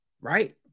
right